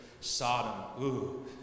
Sodom